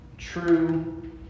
true